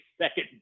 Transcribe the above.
second